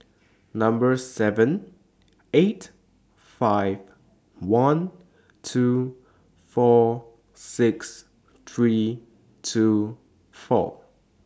Number seven eight five one two four six three two four